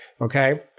Okay